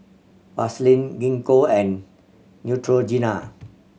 Vaselin Gingko and Neutrogena